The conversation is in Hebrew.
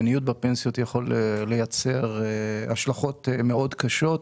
ניוד בפנסיות יכול לייצר השלכות מאוד קשות.